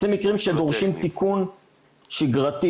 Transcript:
אלה מקרים שדורשים תיקון שגרתי.